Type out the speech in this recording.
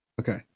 Okay